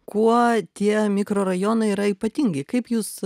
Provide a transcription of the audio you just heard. kuo tie mikrorajonai yra ypatingi kaip jūs